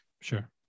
Sure